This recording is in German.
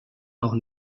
noch